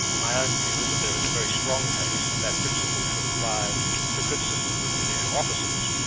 my own view is that there is a very strong case that that principle should apply to criticisms of of judicial officers.